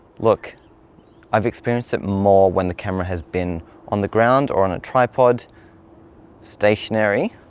look i've experienced it more when the camera has been on the ground or on a tripod stationary